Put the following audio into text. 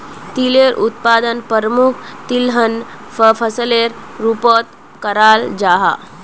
तिलेर उत्पादन प्रमुख तिलहन फसलेर रूपोत कराल जाहा